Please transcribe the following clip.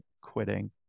quitting